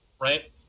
right